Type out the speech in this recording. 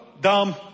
Dumb